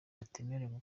batemerewe